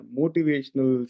motivational